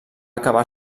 acabar